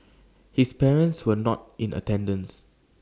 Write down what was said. his parents were not in attendance